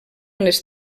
les